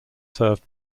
served